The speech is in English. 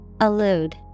Allude